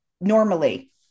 normally